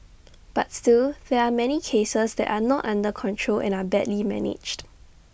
but still there are many cases that are not under control and are badly managed